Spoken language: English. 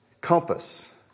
compass